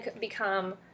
become